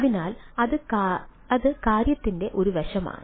അതിനാൽ അത് കാര്യത്തിന്റെ ഒരു വശമാണ്